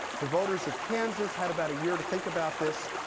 the voters of kansas had about a year to think about this.